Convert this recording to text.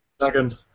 second